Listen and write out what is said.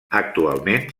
actualment